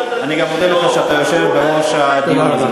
אני גם מודה לך על כך שאתה יושב בראש הדיון הזה.